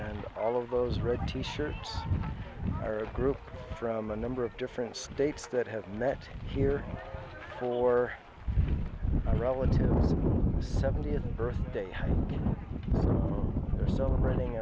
and all of those red t shirts are a group from a number of different states that have met here for a relative seventieth birthday celebrating